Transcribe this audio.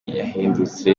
yahindutse